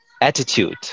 attitude